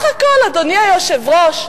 ובסך הכול, אדוני היושב-ראש,